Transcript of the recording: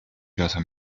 casa